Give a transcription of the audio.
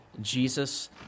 Jesus